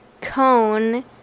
cone